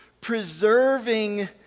preserving